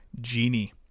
Genie